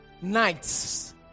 nights